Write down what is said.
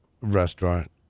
restaurant